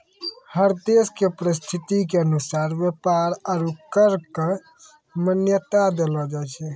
हर देश के परिस्थिति के अनुसार व्यापार आरू कर क मान्यता देलो जाय छै